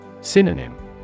Synonym